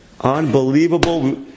Unbelievable